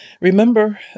Remember